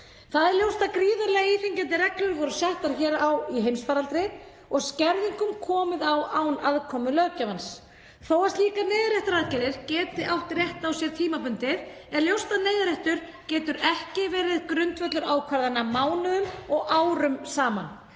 er að gríðarlega íþyngjandi reglur voru settar á í heimsfaraldri og skerðingum komið á án aðkomu löggjafans. Þó að slíkar neyðarréttaraðgerðir geti átt rétt á sér tímabundið er ljóst að neyðarréttur getur ekki verið grundvöllur ákvarðana mánuðum og árum saman.